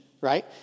right